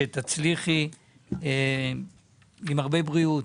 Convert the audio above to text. עם הרבה בריאות